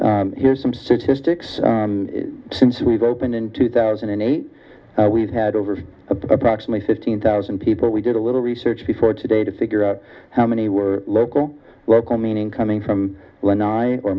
you here's some statistics since we've opened in two thousand and eight we've had over approximately fifteen thousand people we did a little research before today to figure out how many were local meaning coming from